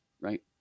right